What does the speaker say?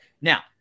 Now